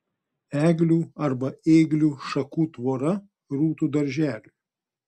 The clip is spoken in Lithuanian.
eglių arba ėglių šakų tvora rūtų darželiui